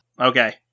Okay